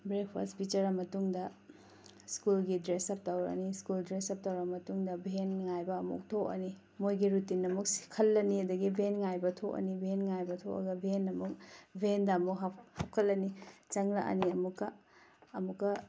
breakfast ꯄꯤꯖꯔ ꯃꯇꯨꯡꯗ ꯁ꯭ꯀꯨꯜꯒꯤ ꯗ꯭ꯔꯦꯁ ꯑꯞ ꯇꯧꯔꯅꯤ ꯁ꯭ꯀꯨꯜꯒꯤ ꯗ꯭ꯔꯦꯁ ꯑꯞ ꯇꯧꯔꯕ ꯃꯇꯨꯡꯗ ꯚꯦꯟ ꯉꯥꯏꯕ ꯑꯃꯨꯛ ꯊꯣꯛꯑꯅꯤ ꯃꯣꯏꯒꯤ ꯔꯨꯇꯤꯟ ꯑꯃꯨꯛ ꯈꯜꯂꯅꯤ ꯑꯗꯨꯗꯒꯤ ꯚꯦꯟ ꯉꯥꯏꯕ ꯊꯣꯛꯑꯅꯤ ꯚꯦꯟ ꯉꯥꯏꯕ ꯊꯣꯛꯑꯒ ꯚꯦꯟꯗ ꯑꯃꯨꯛ ꯍꯥꯞꯀꯠꯂꯅꯤ ꯆꯪꯂꯛꯑꯅꯤ ꯑꯃꯨꯛꯀ ꯑꯃꯨꯛꯀ